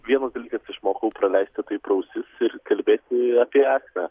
vienas dalykas išmokau praleisti tai pro ausis ir kalbėti apie esmę